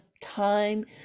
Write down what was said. time